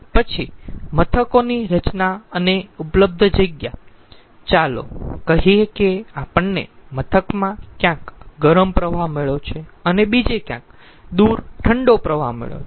પછી મથકોની રચના અને ઉપલબ્ધ જગ્યા ચાલો કહીયે કે આપણને મથકમાં ક્યાંક ગરમ પ્રવાહ મળ્યો છે અને બીજે ક્યાંક દૂર ઠંડો પ્રવાહ મળ્યો છે